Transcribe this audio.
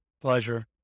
pleasure